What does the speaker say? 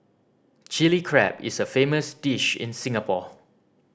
Chilli Crab is a famous dish in Singapore